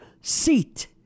seat